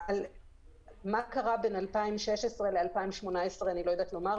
מה קרה בין 2016 ל-2018, אני לא יודעת לומר.